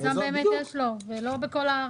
ליזם באמת יש, לא בכל הארץ.